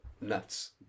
nuts